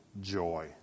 joy